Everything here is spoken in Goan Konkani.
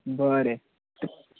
बरे